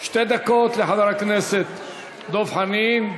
שתי דקות לחבר הכנסת דב חנין.